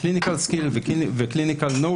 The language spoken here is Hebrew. clinical skills ו-clinical knowledge